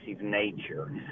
nature